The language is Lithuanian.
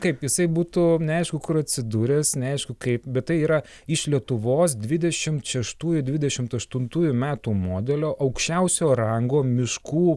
kaip jisai būtų neaišku kur atsidūręs neaišku kaip bet tai yra iš lietuvos dvidešimt šeštųjų dvidešimt aštuntųjų metų modelio aukščiausio rango miškų